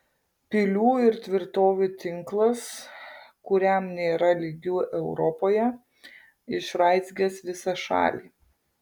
pilių ir tvirtovių tinklas kuriam nėra lygių europoje išraizgęs visą šalį